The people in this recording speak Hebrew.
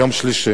יום שלישי,